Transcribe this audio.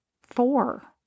four